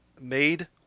made